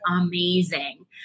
amazing